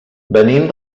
venim